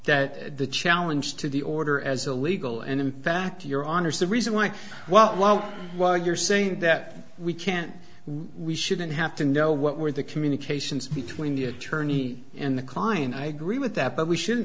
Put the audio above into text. that the challenge to the order as a legal and in fact your honour's the reason why well what you're saying that we can't reach shouldn't have to know what were the communications between the attorney and the client i agree with that but we should